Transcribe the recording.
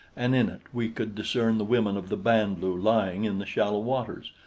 and in it we could discern the women of the band-lu lying in the shallow waters,